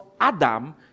Adam